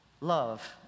love